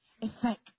effect